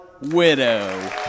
widow